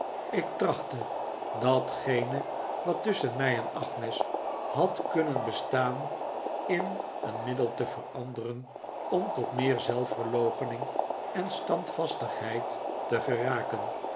ik trachtte datgene wat tusschen mij en agnes had kunnen bestaan in een middel te veranderen om tot meer zelfyerloochening en standvastigheid te geraken